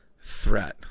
threat